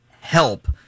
help